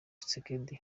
tshisekedi